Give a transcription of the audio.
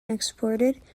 exported